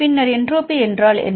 பின்னர் என்ட்ரோபி என்றால் என்ன